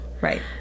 Right